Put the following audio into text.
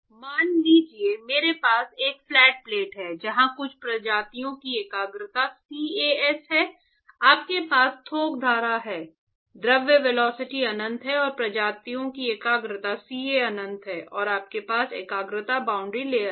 मान लीजिए मेरे पास एक फ्लैट प्लेट है जहां कुछ प्रजातियों की एकाग्रता CAS है और आपके पास थोक धारा है द्रव वेलोसिटी अनंत है और प्रजातियों की एकाग्रता CA अनंत है और आपके पास एकाग्रता बाउंड्री लेयर है